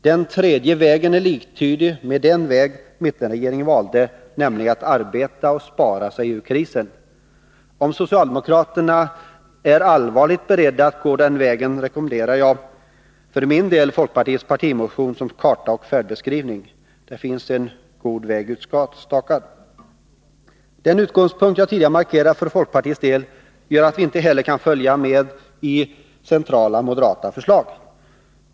Den tredje vägen är liktydig med den väg mittenregeringen valde, nämligen att arbeta och spara sig ur krisen. Om socialdemokraterna är allvarligt beredda att gå den vägen, rekommenderar jag för min del folkpartiets partimotion som karta och färdbeskrivning. Där finns en god väg utstakad. Den utgångspunkt som jag tidigare markerade för folkpartiets del gör att vi inte heller kan följa med i centrala moderata förslag.